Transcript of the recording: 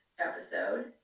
episode